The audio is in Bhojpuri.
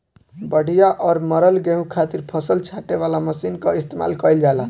बढ़िया और मरल गेंहू खातिर फसल छांटे वाला मशीन कअ इस्तेमाल कइल जाला